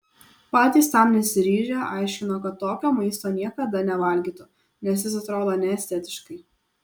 patys tam nesiryžę aiškino kad tokio maisto niekada nevalgytų nes jis atrodo neestetiškai